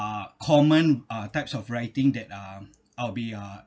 uh common uh types of writing that uh I'll be uh